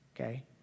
okay